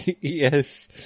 Yes